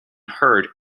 heard